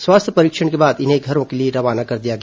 स्वास्थ्य परीक्षण के बाद इन्हें घरों के लिए रवाना कर दिया गया